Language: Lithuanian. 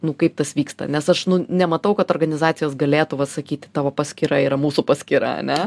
nu kaip tas vyksta nes aš nu nematau kad organizacijos galėtų va sakyti tavo paskyra yra mūsų paskyra ane